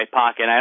pocket